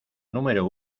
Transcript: número